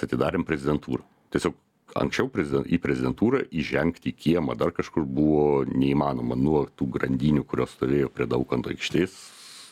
mes atidarėm prezidentūrą tiesiog anksčiau prezi į prezidentūrą įžengti į kiemą dar kažkur buvo neįmanoma nuo tų grandinių kurios stovėjo prie daukanto aikštės